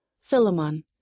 Philemon